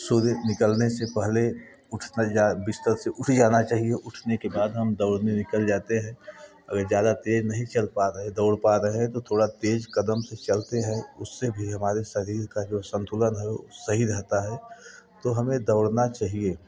सूर्य निकालने से पहले उठना बिस्तर से उठ जाना चाहिए उठाने के बाद हम दौड़ने निकल जाते हैं अगर ज़्यादा तेज नहीं चल पा रहे दौड़ पा रहे है तो थोड़ा तेज कदम से चलते है उससे भी हमारे शरीर का जो संतुलन है सही रहता है तो हमे दौड़ना चाहिए